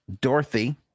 dorothy